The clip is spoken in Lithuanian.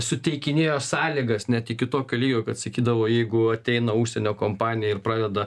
suteikinėjo sąlygas net iki tokio lygio kad sakydavo jeigu ateina užsienio kompanija ir pradeda